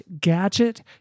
gadget